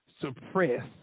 suppress